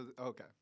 okay